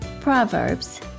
Proverbs